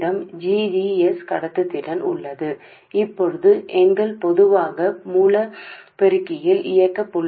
ఇప్పుడు మా సాధారణ సోర్స్ యాంప్లిఫైయర్లో ఆపరేటింగ్ పాయింట్ను మేము ఎలా సెటప్ చేసాము